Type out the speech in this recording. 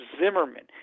Zimmerman